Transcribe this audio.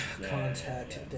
Contact